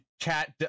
chat